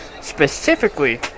specifically